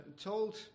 told